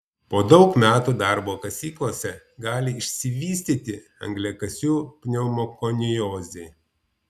po daug metų darbo kasyklose gali išsivystyti angliakasių pneumokoniozė